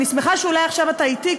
אני שמחה שאולי עכשיו אתה אתי,